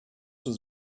was